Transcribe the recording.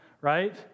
right